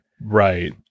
right